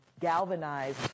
galvanize